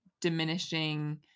diminishing